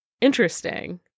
interesting